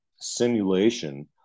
simulation